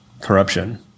corruption